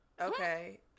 Okay